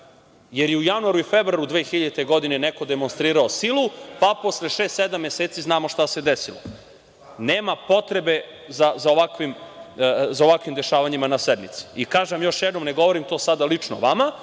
jer i u januaru i februaru 2000. godine je neko demonstrirao silu, pa posle šest-sedam meseci znamo šta se desilo. Nema potrebe za ovakvim dešavanjima na sednici. Kažem vam još jednom, ne govorim to sada lično vama,